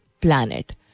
planet